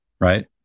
right